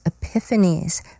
epiphanies